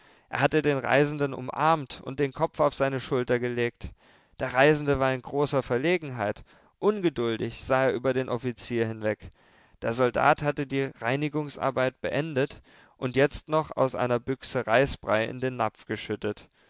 er hatte den reisenden umarmt und den kopf auf seine schulter gelegt der reisende war in großer verlegenheit ungeduldig sah er über den offizier hinweg der soldat hatte die reinigungsarbeit beendet und jetzt noch aus einer büchse reisbrei in den napf geschüttet